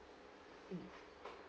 mm